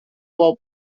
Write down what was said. pope